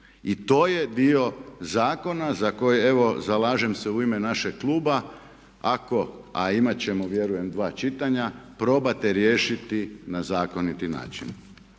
i to je dio zakona za koji evo zalažem se u ime našeg kluba ako, a imat ćemo vjerujem dva čitanja probate riješiti na zakoniti način.